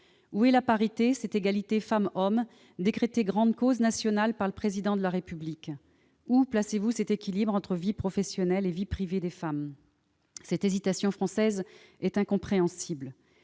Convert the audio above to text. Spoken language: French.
Où est la parité, cette égalité femmes-hommes décrétée grande cause nationale par le Président de la République ? Où placez-vous l'équilibre entre vie professionnelle et vie privée des femmes ? Cette hésitation française est incompréhensible.